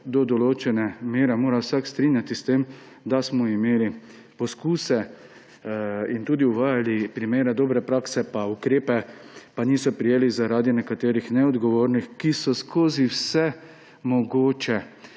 do določene mere mora vsak strinjati s tem, da smo imeli poskuse in tudi uvajali primere dobre prakse in ukrepe, pa niso prijeli zaradi nekaterih neodgovornih, ki so skozi vse mogoče